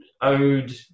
owed